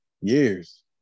years